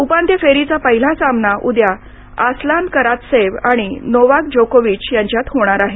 उपांत्य फेरीचा पहिला सामना उद्या आसलान करातसेव आणि नोवाक जोकोविच यांच्यात होणार आहे